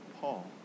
Paul